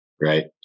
Right